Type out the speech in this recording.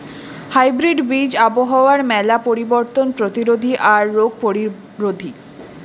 hybrid বীজ আবহাওয়ার মেলা পরিবর্তন প্রতিরোধী আর রোগ প্রতিরোধী